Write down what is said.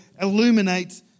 illuminate